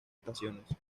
estaciones